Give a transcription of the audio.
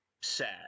sad